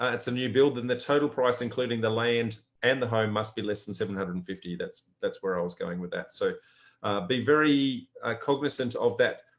ah it's a new building the total price, including the land, and the home must be less than seven hundred and fifty. that's that's where i was going with that. so be very cognizant of that.